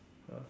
ah